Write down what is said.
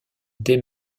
dès